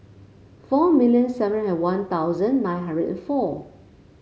four million seven hundred One Thousand nine hundred four